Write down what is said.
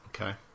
Okay